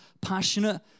passionate